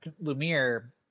Lumiere